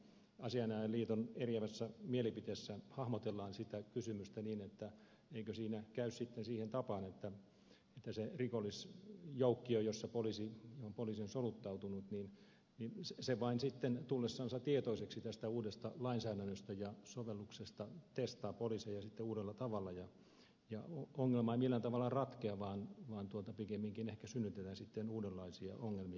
asianajajaliiton eriävässä mielipiteessä hahmotellaan sitä kysymystä niin että eikö siinä käy sitten siihen tapaan että se rikollisjoukkio johon poliisi on soluttautunut vain sitten tullessansa tietoiseksi tästä uudesta lainsäädännöstä ja sovelluksesta testaa poliiseja uudella tavalla ja ongelma ei millään tavalla ratkea vaan pikemminkin ehkä synnytetään sitten uudenlaisia ongelmia